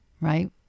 right